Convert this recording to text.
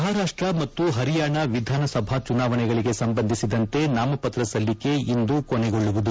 ಮಹಾರಾಷ್ಟ ಮತ್ತು ಹರಿಯಾಣ ವಿಧಾನಸಭಾ ಚುನಾವಣೆಗಳಿಗೆ ಸಂಬಂಧಿಸಿದಂತೆ ನಾಮಪತ್ರ ಸಲ್ಲಿಕೆ ಇಂದು ಕೊನೆಗೊಳ್ಳುವುದು